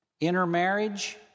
Intermarriage